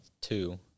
two